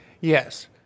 Yes